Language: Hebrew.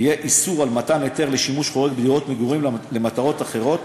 יהיה איסור על מתן היתר לשימוש חורג בדירות מגורים למטרות אחרות,